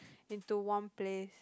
into one place